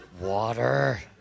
Water